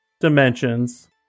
dimensions